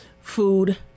food